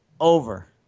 Over